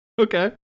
Okay